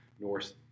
North